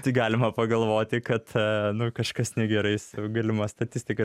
tai galima pagalvoti kad nu kažkas negerai su galima statistika